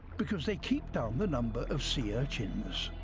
because they keep down the number of sea urchins.